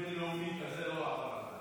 לא, שקרן בין-לאומי כזה לא ראה העולם.